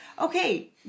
okay